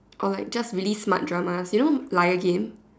or like just really smart dramas you know liar game